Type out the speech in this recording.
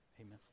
Amen